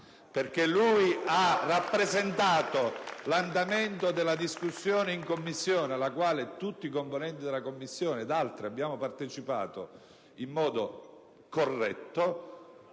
ha infatti rappresentato l'andamento della discussione in Commissione, alla quale tutti i componenti della Commissione ed altri hanno partecipato in modo corretto,